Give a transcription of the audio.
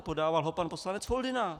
Podával ho pan poslanec Foldyna.